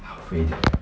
halfway there